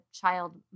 child